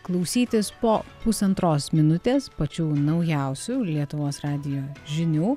klausytis po pusantros minutės pačių naujausių lietuvos radijo žinių